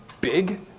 big